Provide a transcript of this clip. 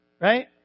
Right